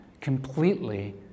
completely